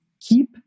keep